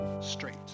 straight